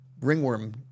ringworm